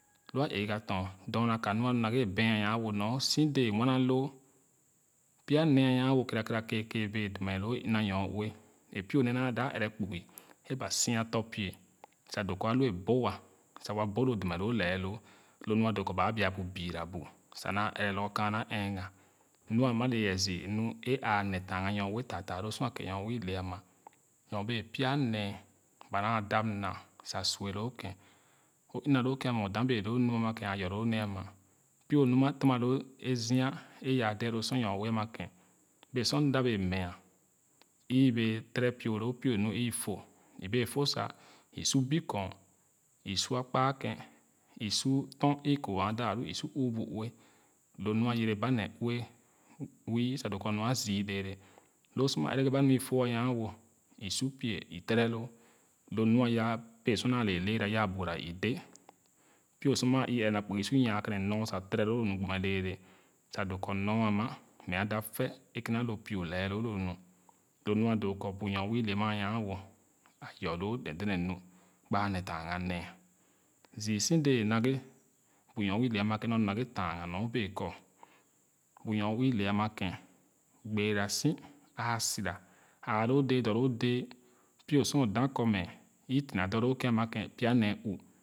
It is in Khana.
Lo’a ɛga chorna ka nu e alu nighe e bɛɛn anyanwo si dee nwana loo nya nee amyan na kɛra kɛra keekee bee demɛ lòo e ina nyoue e pio nee na da ɛrɛ kpugi e ba sia tɔn pie sa doo kɔ elu e bo wa sa wa bo lu demɛloo lɛɛ loo. Lo nɔa doo kɔ baa bua bu bira bu sa naa ɛrɛ lorgor kaana ɛɛgah nua ama le ye zü nu e aale tange nyo ue taataa lao sor a ke nyoue o le am nyo bee pya nee ba naa dap na sa sue loo naa ãã yor loo nee ama pie nu ama terna loo zia e yaa de loo sor nyo ue amia kén bee sor m da béé meah ü bèè tere pie loo pio nu e ifo i bee fo sa i su bü kɔɔn i su akpaa kén i su dɔn e i kɔɔ aa da lu i su ɔɔ bu ue lo nɔa yere ba nee ue ue wü sa doo kɔ mɛ nu azü lɛɛlɛ lo sa ana ɛgere ba nu i fo anyan wo isu pie itere loo lo nua aya pèè sor naale ae lɛɛra yaa boŋana de pie sor amia ii ɛrɛ naa kpugi i su nyaa kwene ɔn tere loo lo nu sa buma lɛɛlɛ sa doo kɔ ɔn ama mɛ ada fɛ kina lo pie lɛɛloo lo nu lo nɔa doo kɔ bu nyoue ile ama ayanwo a yor loo mɛ denee nu gbaa nee tanga nee zü si dɛɛ naghe bu nyoue ile ima ken nu alu naghe tange nee nu bee kɔ buu nyoue ole ama ken gbeera si a sira aaloo dɛɛ dɔ loo dɛɛ poi sor mda kɔmɛ otina dɔ loo ken ama ken pya nee üḥ